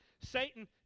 Satan